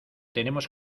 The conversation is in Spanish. tenemos